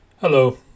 Hello